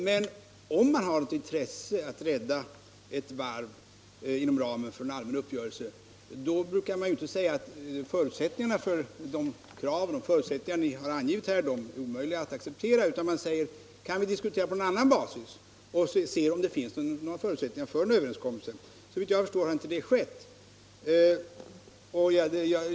Men om man har något intresse av att rädda ett varv inom ramen för en allmän uppgörelse, säger man inte att ”de krav och de förutsättningar som ni har angivit är omöjliga att acceptera”, utan man frågar: ”Kan vi diskutera på en annan basis och se om det finns några förutsättningar för en överenskommelse?” Såvitt jag förstår har detta inte skett.